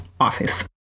office